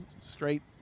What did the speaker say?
straight